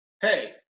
Hey